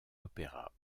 opéras